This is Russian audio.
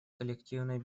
коллективной